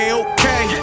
okay